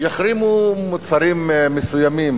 יחרימו מוצרים מסוימים.